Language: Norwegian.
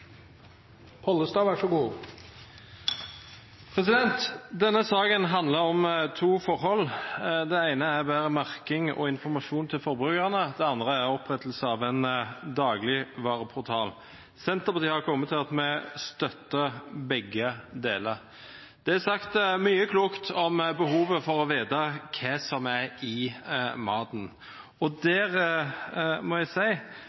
merking og informasjon til forbrukerne, det andre er opprettelse av en dagligvareportal. Senterpartiet har kommet til at vi støtter begge deler. Det er sagt mye klokt om behovet for å vite hva som er i maten, og der må jeg si